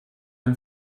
ein